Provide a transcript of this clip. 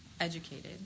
educated